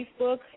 Facebook